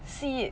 see it